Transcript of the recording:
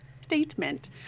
statement